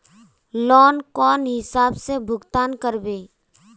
Loan कौन हिसाब से भुगतान करबे?